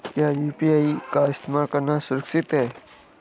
क्या यू.पी.आई का इस्तेमाल करना सुरक्षित है?